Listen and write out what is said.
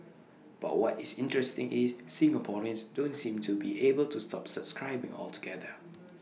but what is interesting is Singaporeans don't seem to be able to stop subscribing altogether